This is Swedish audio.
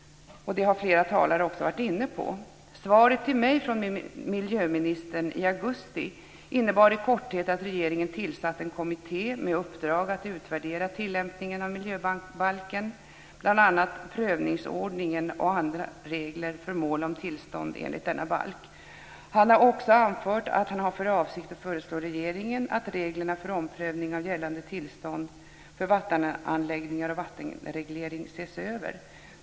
Detta har flera talare också varit inne på. Svaret till mig från miljöministern i augusti innebar i korthet att regeringen tillsatt en kommitté med uppdrag att utvärdera tillämpningen av miljöbalken, bl.a. prövningsordningen och andra regler för mål om tillstånd enligt denna balk. Han har också anfört att han har för avsikt att föreslå regeringen att reglerna för omprövning av gällande tillstånd för vattenanläggningar och vattenreglering ses över.